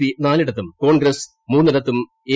P നാല് ഇടത്തും Congress മുന്നിടത്തും എ